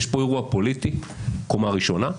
יש פה אירוע פוליטי בקומה הראשונה,